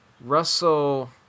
Russell